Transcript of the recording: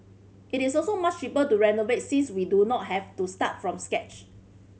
it is also much cheaper to renovate since we do not have to start from scratch